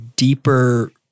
deeper